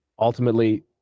Ultimately